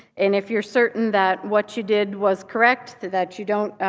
and if you're certain that what you did was correct, that you don't